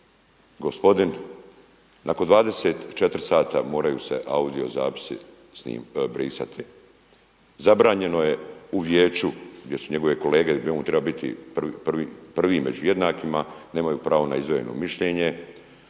gospodin nakon 24 sata moraju se audio zapisi brisati, zabranjeno je u vijeću gdje su njegove kolege gdje mu trebaju biti prvi među jednakima nemaju pravo na izdvojeno mišljenje?